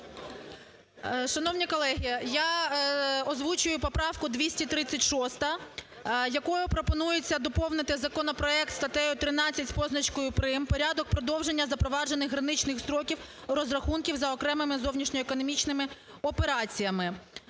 Шановні колеги! Я озвучую поправку 236, якою пропонується доповнити законопроект статтею 13 з позначкою "прим.": "Порядок продовження запроваджених граничних строків розрахунків за окремими зовнішньоекономічними операціями."